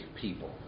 people